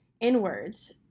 inwards